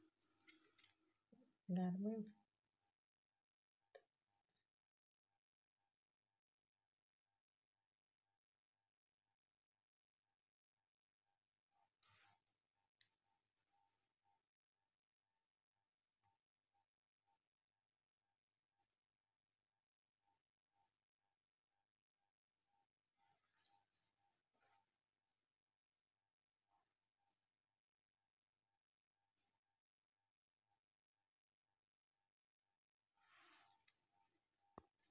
Government ಬಾಂಡ್ಗಳು ಯಾವ್ government ಅಂಡರಿರ್ತಾವ?